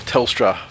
Telstra